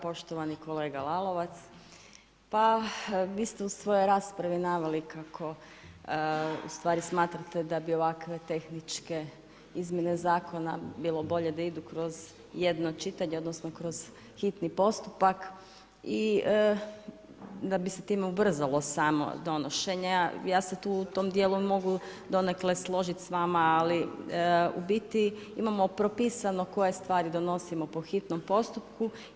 Poštovani kolega Lalovac, vi ste u svojoj raspravi naveli kako u stvari smatrate da bi ovakve tehničke izmjene zakona bilo bolje da idu kroz jedno čitanje, odnosno, kroz hitni postupak i da bi se time ubrzalo samo donošenje a ja se tu u tom dijelu mogu donekle složiti s vama ali u biti imamo propisano koje stvari donosimo po hitnom postupku.